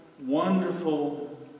Wonderful